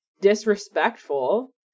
disrespectful